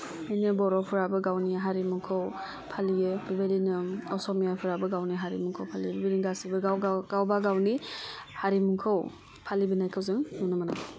बिनो बर'फ्राबो गावनि हारिमुखौ फालियो बेबायदिनो असमियाफोराबो गावनि हारिमुखौ फालियो बिदिनो गासिबो गाव गाव गावबा गावनि हारिमुखौ फालिबोनायखौ जों नुनो मोनो